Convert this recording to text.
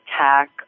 attack